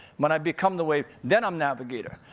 when i become the wave, then i'm navigator.